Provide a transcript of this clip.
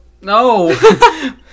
No